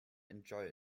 enjoy